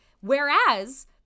whereas